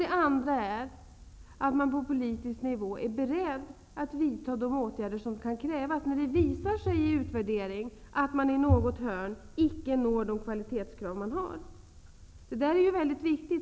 Det andra är att man är beredd att på politisk nivå vidta de åtgärder som kan komma att krävas om det visar sig i en utvärdering att de kvalitetskrav som man har, icke uppnås i något hörn. Det är väldigt viktigt.